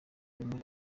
ubumwe